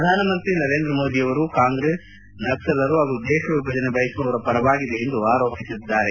ಪ್ರಧಾನಮಂತ್ರಿ ನರೇಂದ್ರ ಮೋದಿ ಅವರು ಕಾಂಗ್ರೆಸ್ ನಕ್ಲಲರು ಹಾಗೂ ದೇಶ ವಿಭಜನೆ ಬಯಸುವವರ ಪರವಾಗಿದೆ ಎಂದು ಆರೋಪಿಸಿದ್ದಾರೆ